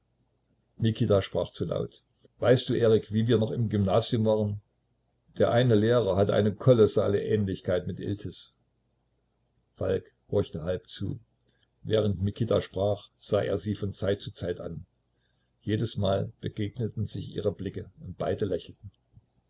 mikita sprach zu laut weißt du erik wie wir noch im gymnasium waren der eine lehrer hatte eine kolossale ähnlichkeit mit iltis falk horchte halb zu während mikita sprach sah er sie von zeit zu zeit an jedesmal begegneten sich ihre blicke und beide lächelten